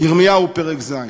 ירמיהו פרק ז':